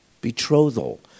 Betrothal